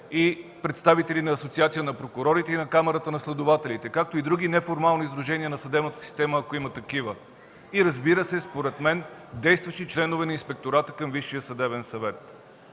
и представители на Асоциацията на прокурорите и на Камарата на следователите, както и други неформални сдружения на съдебната система, ако има такива и, разбира се, действащи членове към Инспектората на Висшия съдебен съвет.